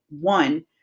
one